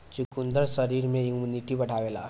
चुकंदर शरीर में इमुनिटी बढ़ावेला